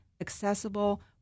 accessible